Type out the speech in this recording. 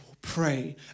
pray